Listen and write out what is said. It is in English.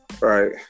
Right